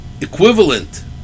equivalent